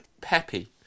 Peppy